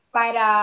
para